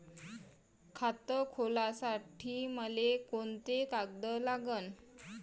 खात खोलासाठी मले कोंते कागद लागन?